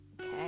okay